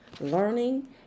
learning